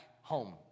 home